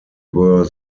were